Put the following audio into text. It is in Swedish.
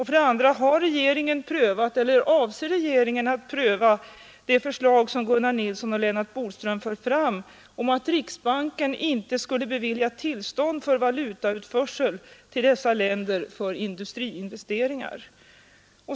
För det andra: Avser regeringen att pröva det förslag som Gunnar Nilsson och Lennart Bodström för fram om att riksbanken inte skulle bevilja tillstånd för valutautförsel till dessa länder för industriinvesteringar?